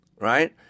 right